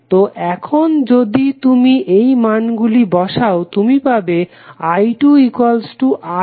তো এখন যদি তুমি এই মানগুলি বসাও তুমি পাবে i2i3 3i4